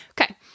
Okay